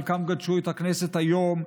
חלקם גדשו את הכנסת היום,